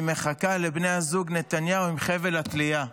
מחכה לבני הזוג נתניהו עם חבל התלייה.